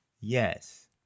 Yes